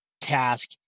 task